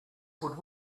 would